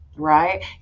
Right